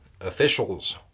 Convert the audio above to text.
officials